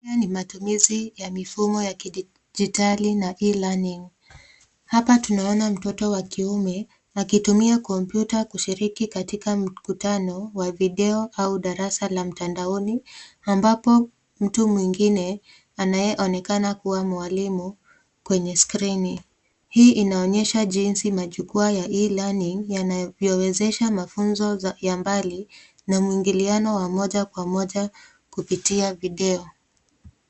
Haya ni matumizi ya mifumo ya kidijitali na E-Learning . Hapa tunaona mtoto wa kiume akitumia kompyuta kushiriki katika mkutano wa video au darasa la mtandaoni, ambapo mtu mwingine anayeonekana kuwa mwalimu kwenye skrini. Hii ni inaonyesha jinsi majukwa ya E-Learning yanavyowezesha mafunzo ya mbali na mwingiliano wa moja kwa moja kupitia video.